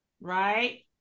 right